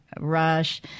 rush